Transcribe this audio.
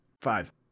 Five